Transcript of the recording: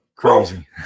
Crazy